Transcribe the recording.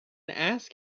ask